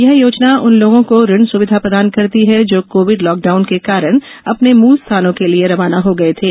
यह योजना उन लोगों को ऋण सुविधा प्रदान करती है जो कोविड लॉक डाउन के कारण अपने मूल स्थानों के लिए रवाना हो गए थे